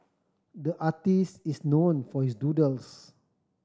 the artist is known for his doodles